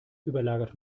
überlagert